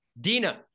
Dina